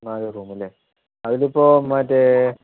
അതിലിപ്പോൾ മറ്റേ